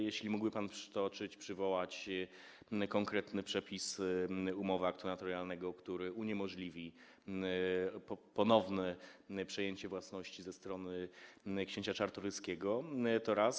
Jeśli mógłby pan przytoczyć, przywołać konkretny przepis umowy aktu notarialnego, który uniemożliwi ponowne przejęcie własności ze strony księcia Czartoryskiego, to raz.